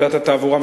על